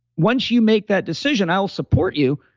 once you make that decision, i will support you,